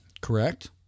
correct